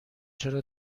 چرا